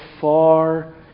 far